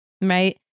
right